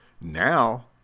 Now